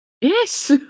Yes